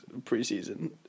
preseason